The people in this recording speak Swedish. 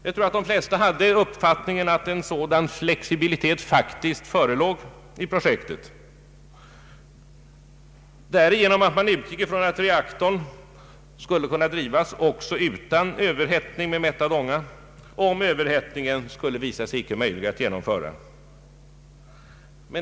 Jag tror att de flesta hade den uppfattningen att en sådan flexibilitet faktiskt förelåg i projektet därigenom att man utgick ifrån att reaktorn skulle kunna drivas också utan överhettning med mättad ånga, om överhettningen inte skulle vara möjlig att genomföra.